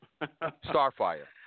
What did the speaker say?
Starfire